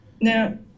now